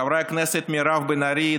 חברי הכנסת מירב בן ארי,